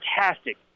fantastic